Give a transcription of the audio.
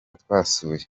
twasuye